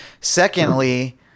Secondly